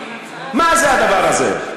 מה זה הדבר הזה?